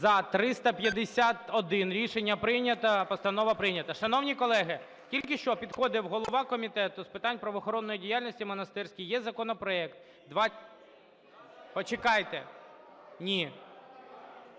За-351 Рішення прийнято. Постанова прийнята. Шановні колеги, тільки що підходив голова Комітету з питань правоохоронної діяльності Монастирський. Є законопроект… Почекайте. Ні.